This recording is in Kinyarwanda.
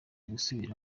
gusubira